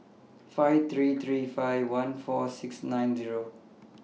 five three three five one four six nine one Zero